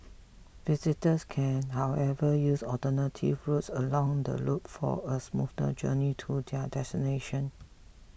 visitors can however use alternative routes along the loop for a smoother journey to their destination